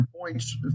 points